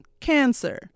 cancer